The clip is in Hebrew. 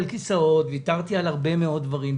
ויתרתי על כיסאות, ויתרתי על הרבה מאוד דברים.